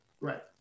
Right